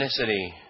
ethnicity